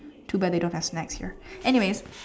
too bad they don't have snacks here anyway